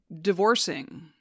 divorcing